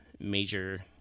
major